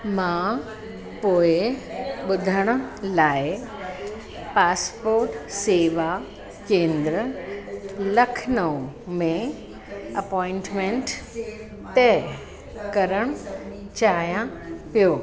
मां पोइ ॿुधण लाइ पासपोट शेवा केंद्र लखनऊ में अपॉइंटमेंट तय करण चाहियां पियो